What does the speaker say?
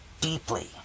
deeply